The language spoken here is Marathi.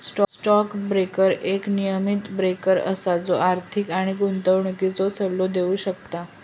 स्टॉक ब्रोकर एक नियमीत ब्रोकर असा जो आर्थिक आणि गुंतवणुकीचो सल्लो देव शकता